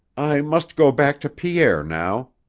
i must go back to pierre now,